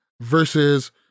versus